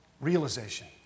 realization